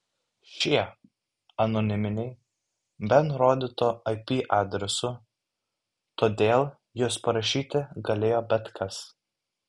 šie anoniminiai be nurodytų ip adresų todėl juos parašyti galėjo bet kas